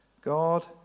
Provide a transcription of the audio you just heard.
God